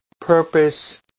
purpose